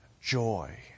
joy